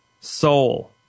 Soul